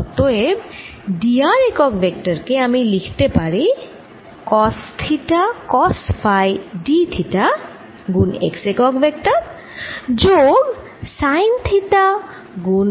অতএব d r একক vector কে আমি লিখতে পারি cos theta cos phi d theta গুণ x একক ভেক্টর যোগ সাইন থিটা গুন